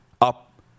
up